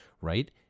right